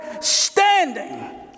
standing